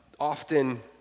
Often